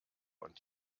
und